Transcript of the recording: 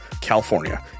California